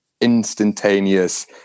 instantaneous